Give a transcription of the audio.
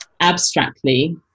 abstractly